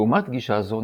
לעומת גישה זו,